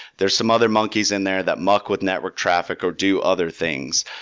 there are some other monkeys in there that muck with network traffic or do other things.